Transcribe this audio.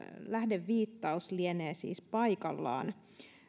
lähdeviittaus lienee siis paikallaan